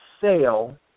sale